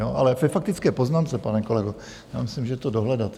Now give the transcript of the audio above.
Ale ve faktické poznámce, pane kolego, já myslím, že je to dohledatelné.